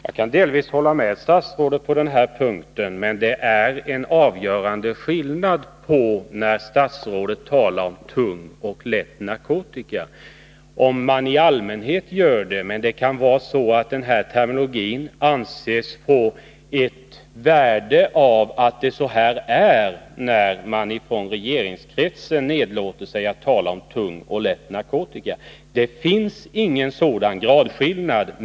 Herr talman! Jag kan delvis hålla med statsrådet på den här punkten. Men det är en avgörande skillnad när statsrådet talar om tung och lätt narkotika och när man gör det i allmänhet. Det kan vara så att denna terminologi anses få en viss betydelse när man från regeringskretsen nedlåter sig till att tala om tung och lätt narkotika. Det finns ingen gradskillnad.